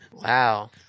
Wow